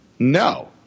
No